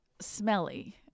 Smelly